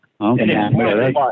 Okay